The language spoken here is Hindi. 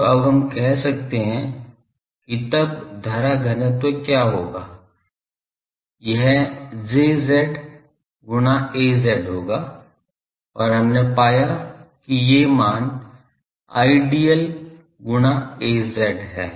तो अब हम कह सकते हैं कि तब धारा घनत्व क्या होगा यह Jz गुणा az होगा और हमने पाया है कि ये मान Idl गुणा az है